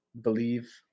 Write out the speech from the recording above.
believe